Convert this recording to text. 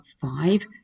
five